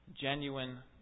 genuine